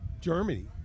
Germany